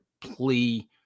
plea